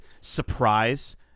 surprise